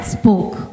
spoke